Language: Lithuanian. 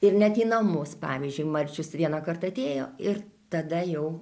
ir net į namus pavyzdžiui marčius vienąkart atėjo ir tada jau